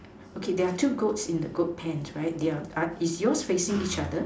okay there are two goats in the goat pants right is yours facing each other